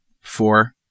four